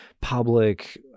public